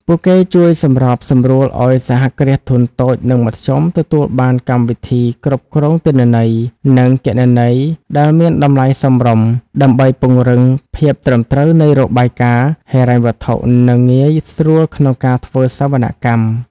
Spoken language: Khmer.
ពួកគេជួយសម្របសម្រួលឱ្យ សហគ្រាសធុនតូច និងមធ្យម ទទួលបានកម្មវិធីគ្រប់គ្រងទិន្នន័យ និងគណនេយ្យដែលមានតម្លៃសមរម្យ ដើម្បីពង្រឹងភាពត្រឹមត្រូវនៃរបាយការណ៍ហិរញ្ញវត្ថុ និងងាយស្រួលក្នុងការធ្វើសវនកម្ម។